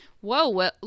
whoa